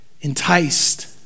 enticed